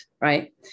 right